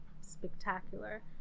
spectacular